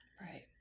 Right